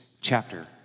chapter